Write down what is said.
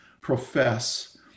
profess